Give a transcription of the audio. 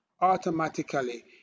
automatically